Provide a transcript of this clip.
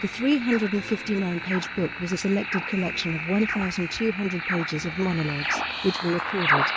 the three hundred and fifty nine page book was a selected collection of one thousand two hundred pages of monologues, which were recorded